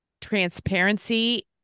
transparency